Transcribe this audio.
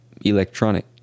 electronic